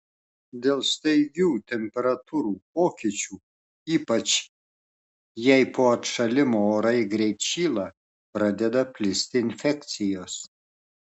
dėl staigių temperatūrų pokyčių ypač jei po atšalimo orai greit šyla pradeda plisti infekcijos